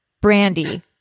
Brandy